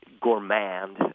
gourmand